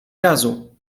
razu